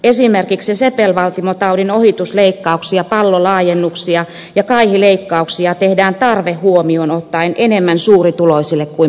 esimerkiksi sepelvaltimotaudin ohitusleikkauksia pallolaajennuksia ja kaihileikkauksia tehdään tarve huomioon ot taen enemmän suurituloisille kuin pienituloisille